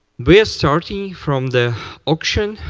we are starting from the auction.